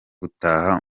gutaha